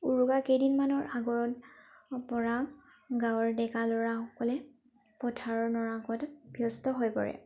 উৰুকা কেইদিনমানৰ আগৰ পৰা গাওঁৰ ডেকা ল'ৰাসকলে পথাৰৰ নৰা কটাত ব্যস্ত হৈ পৰে